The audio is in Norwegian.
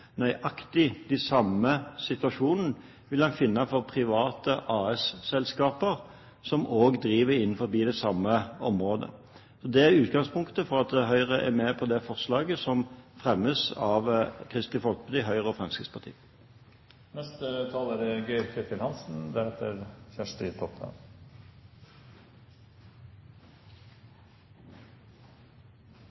for private AS-selskaper som også driver innenfor det samme området. Det er utgangspunktet for at Høyre er med på dette forslaget, som fremmes av Kristelig Folkeparti, Høyre og